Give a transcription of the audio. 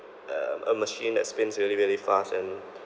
uh a machine that spins really really fast and